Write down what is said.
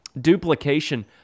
Duplication